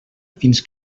fins